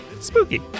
spooky